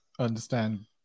understand